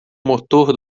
motor